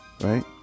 right